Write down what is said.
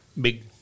big